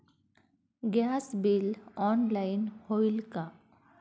Gas bill online होईल का?